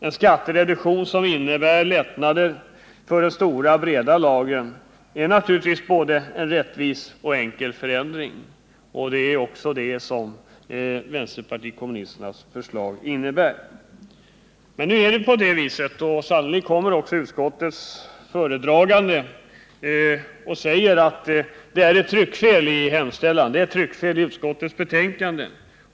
En skattereduktion som innebär lättnader för de stora breda lagren är naturligtvis en både rättvis och enkel förändring. Det är också det som vänsterpartiet kommunisternas förslag innebär. Sannolikt kommer också utskottets föredragande att säga att det måste vara ett tryckfel i utskottets betänkande.